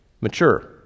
Mature